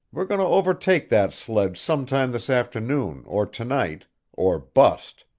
we're going to overtake that sledge sometime this afternoon or to-night or bust!